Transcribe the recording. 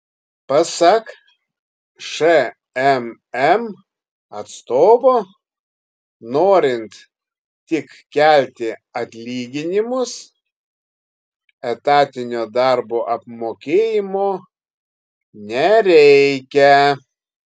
pasak šmm atstovo norint tik kelti atlyginimus etatinio darbo apmokėjimo nereikia